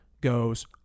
goes